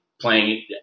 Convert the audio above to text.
playing